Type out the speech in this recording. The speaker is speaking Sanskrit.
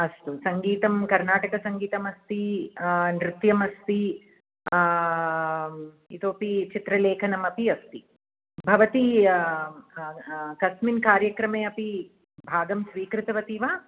अस्तु सङ्गीतम् कर्णाटकसङ्गीतम् अस्ति नृत्यम् अस्ति इतोपि चित्रलेखनमपि अस्ति भवती कस्मिन् कार्यक्रमे अपि भागं स्वीकृतवती वा